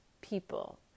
people